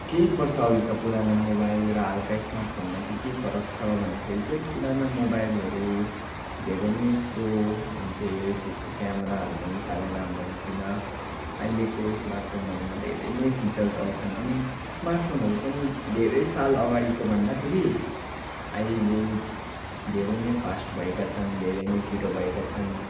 केही वर्ष अघिका पुराना मोबाइल र हालका स्मार्ट फोनमा चाहिँ के फरक छ भन्दाखेरिचाहिँ पुराना मोबाइलहरू धेरै नै स्लो हुन्थे त्यसको क्यामाराहरू पनि साह्रै राम्रो हुन्थेन अहिलेको स्मार्ट फोनहरूमा धेरै नै फिचर्स आउँछन् अनि स्मार्ट फोनहरू पनि धेरै साल अघाडिको भन्दाखेरि अहिले धेरै नै फास्ट भएका छन् धेरै नै छिट्टो भएका छन्